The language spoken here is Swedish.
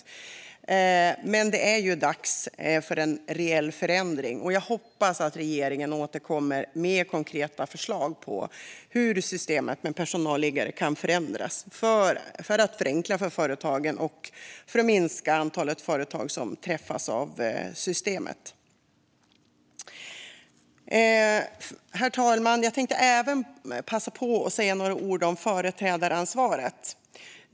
Nu anser Centerpartiet att det är dags för en reell förändring, och jag hoppas att regeringen återkommer med konkreta förslag på hur systemet med personalliggare kan förändras för att förenkla för företagen och minska antalet företag som träffas av systemet. Herr talman! Jag tänkte även passa på att nämna några ord om företrädaransvaret.